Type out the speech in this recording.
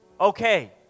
okay